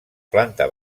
planta